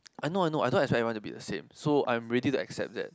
I know I know I don't expect everyone to be the same so I'm ready to accept that